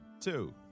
two